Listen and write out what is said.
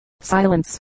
Silence